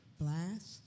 blast